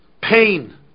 pain